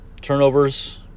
Turnovers